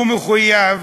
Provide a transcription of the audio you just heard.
הוא מחויב